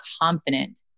confident